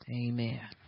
Amen